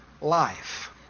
life